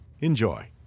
Enjoy